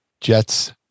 Jets